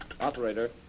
Operator